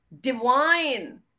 divine